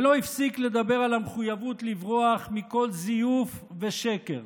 ולא הפסיק לדבר על המחויבות לברוח מכל זיוף ושקר,